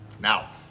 Now